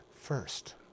first